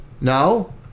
No